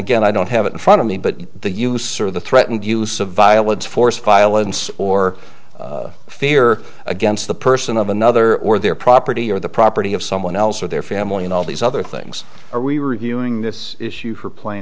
again i don't have it in front of me but the use or the threatened use of violence force violence or fear against the person of another or their property or the property of someone else or their family and all these other things are we were reviewing this issue for plain